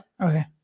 Okay